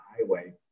highway